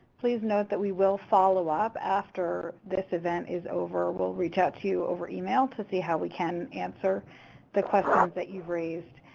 please note that we will follow up after this event is over. we'll reach out to you over email to see how we can answer the question um that you raised.